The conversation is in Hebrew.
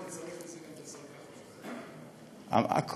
אתה יכול לצרף אותי למשרד, הכול,